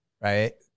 Right